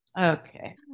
Okay